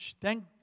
thank